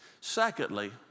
Secondly